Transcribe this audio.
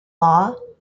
law